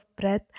breath